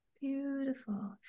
Beautiful